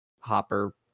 Hopper